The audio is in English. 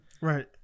Right